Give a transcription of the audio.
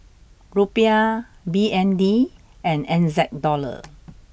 Rupiah B N D and N Z dollar